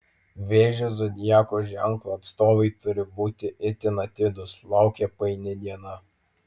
vėžio zodiako ženklo atstovai turi būti itin atidūs laukia paini diena